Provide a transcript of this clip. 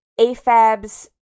afab's